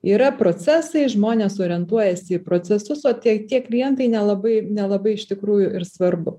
yra procesai žmonės orientuojasi į procesus o tie tie klientai nelabai nelabai iš tikrųjų ir svarbu